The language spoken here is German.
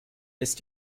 ist